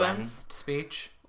speech